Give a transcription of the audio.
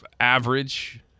Average